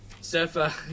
Surfer